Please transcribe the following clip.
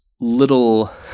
little